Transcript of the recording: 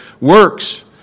works